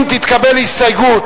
אם תתקבל הסתייגות,